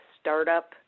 startup